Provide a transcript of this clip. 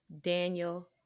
Daniel